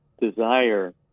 desire